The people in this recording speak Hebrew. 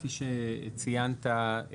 כפי שציינת,